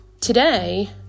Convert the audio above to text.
Today